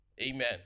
amen